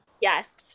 Yes